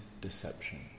deception